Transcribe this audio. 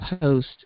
post